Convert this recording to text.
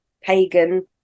pagan